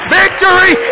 victory